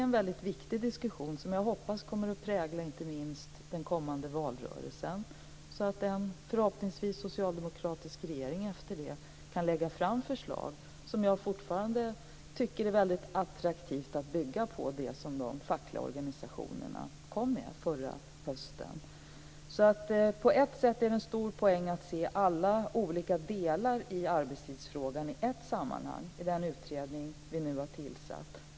Det är en viktig diskussion som jag hoppas kommer att prägla inte minst den kommande valrörelsen så att en - förhoppningsvis socialdemokratisk - regering efter det kan lägga fram det förslag som jag fortfarande tycker är väldigt attraktivt att bygga på. Det gäller det förslag som de fackliga organisationerna kom med förra hösten. På ett sätt finns det en stor poäng i att se alla olika delar i arbetstidsfrågan i ett sammanhang i den utredning som vi nu har tillsatt.